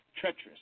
treacherous